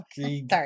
sorry